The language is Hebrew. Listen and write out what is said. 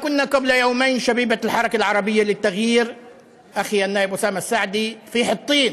לפני יומיים היינו גם בחיטין